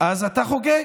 אז אתה חוגג.